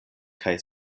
kaj